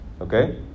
okay